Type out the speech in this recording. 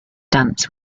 dance